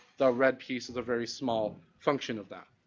the red piece of the very small function of that.